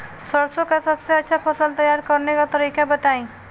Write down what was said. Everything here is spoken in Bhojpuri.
सरसों का सबसे अच्छा फसल तैयार करने का तरीका बताई